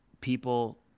people